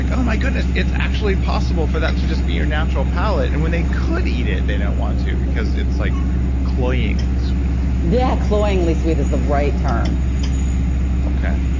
like oh my goodness. it's actually possible for that to just be your natural palette. and when they could eat it, they don't want to because it's like cloyingly sweet yeah. cloyingly sweet is the right term okay,